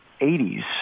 80s